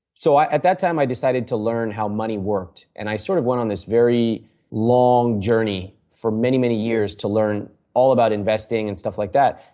so, at that time i decided to learn how money worked and i sort of went on this very long journey for many, many years to learn about investing and stuff like that.